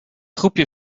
groepje